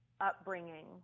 upbringing